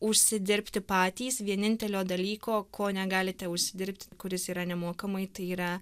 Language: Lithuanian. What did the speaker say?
užsidirbti patys vienintelio dalyko ko negalite užsidirbti kuris yra nemokamai tai yra